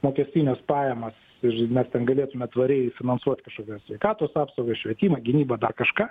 mokestines pajamas tai žodžiu mes ten galėtume tvariai finansuoti kažkokią sveikatos apsaugą švietimą gynybą dar kažką